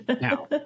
Now